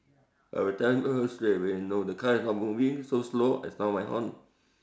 I will tell her straight away no the car is not moving so slow I sound my horn